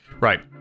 Right